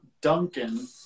Duncan